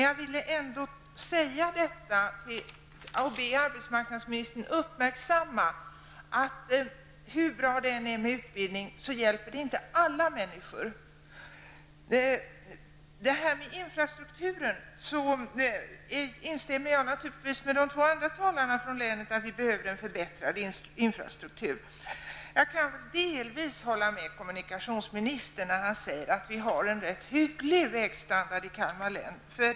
Jag vill ändå säga detta och be arbetsmarknadsministern uppmärksamma att hur bra det än är med utbildning så hjälper det inte alla människor. När det gäller infrastrukturen instämmer jag naturligtvis med de två andra talarna från länet om att vi behöver en förbättrad infrastruktur. Jag kan delvis hålla med kommunikationsministern när han säger att vi har en rätt hygglig vägstandard i Kalmar län.